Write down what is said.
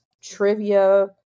trivia